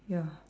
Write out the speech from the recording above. ya